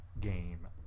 game